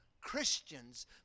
Christians